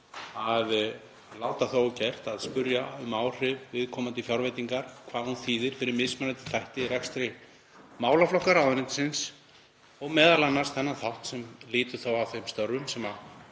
að láta það ógert að spyrja um áhrif viðkomandi fjárveitingar, hvað hún þýðir fyrir mismunandi þætti í rekstri málaflokka ráðuneytisins og m.a. þennan þátt sem lýtur að þeim störfum sem